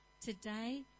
Today